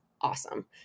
awesome